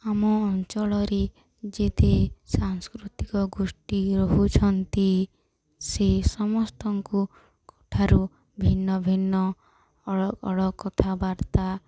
ଆମ ଅଞ୍ଚଳରେ ଯେତେ ସାଂସ୍କୃତିକ ଗୋଷ୍ଠୀ ରହୁଛନ୍ତି ସେ ସମସ୍ତଙ୍କୁ ଙ୍କଠାରୁ ଭିନ୍ନ ଭିନ୍ନ ଅଳ ଅଳ କଥାବାର୍ତ୍ତା